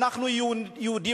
אנחנו יהודים,